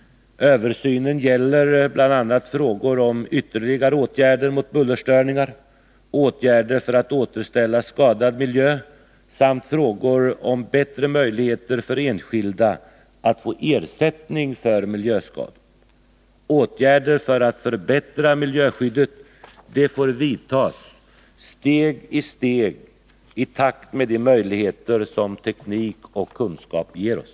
Översynen gäller bl.a. frågor om ytterligare åtgärder mot bullerstörningar och åtgärder för att återställa skadad miljö samt frågor om bättre möjligheter för enskilda att få ersättning för miljöskador. Åtgärder för att förbättra miljöskyddet får vidtas steg för steg, i takt med de möjligheter som teknik och kunskap ger oss.